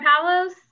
Palos